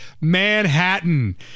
Manhattan